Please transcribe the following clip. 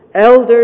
Elders